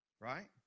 right